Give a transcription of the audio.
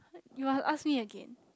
you must ask me again